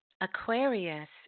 Aquarius